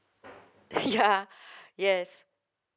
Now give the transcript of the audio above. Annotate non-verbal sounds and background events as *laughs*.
ya *laughs* yes